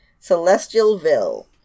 Celestialville